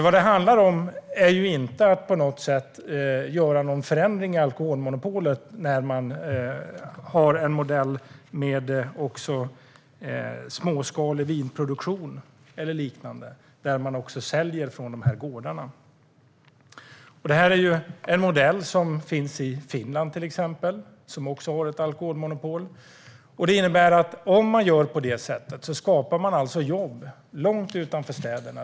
Vad det handlar om är inte att på något sätt göra någon förändring i alkoholmonopolet när man har en modell med småskalig vinproduktion eller liknande där man också säljer från gårdarna. Det är en modell som till exempel finns i Finland, som också har ett alkoholmonopol. Om man gör på det sättet skapar man jobb långt utanför städerna.